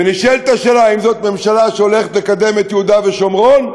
ונשאלת השאלה: האם זאת ממשלה שהולכת לקדם את יהודה ושומרון,